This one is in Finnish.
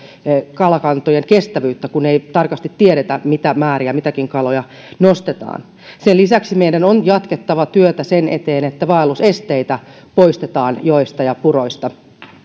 kalakantojen kestävyyttä kun ei tarkasti tiedetä mitä määriä mitäkin kaloja nostetaan sen lisäksi meidän on jatkettava työtä sen eteen että vaellusesteitä poistetaan joista ja puroista